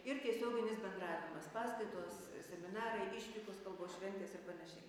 ir tiesioginis bendravimas paskaitos seminarai išvykos kalbos šventės ir panašiai